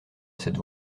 cette